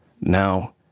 Now